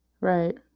Right